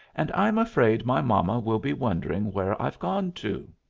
and i'm afraid my mama will be wondering where i've gone to.